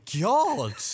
God